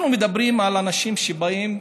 אנחנו מדברים על אנשים שבאים,